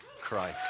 Christ